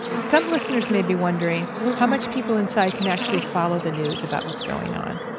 some listeners may be wondering how much people inside can actually follow the news about what's going on.